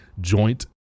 joint